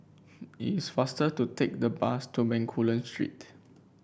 it is faster to take the bus to Bencoolen Street